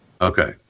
Okay